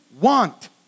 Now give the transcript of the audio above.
want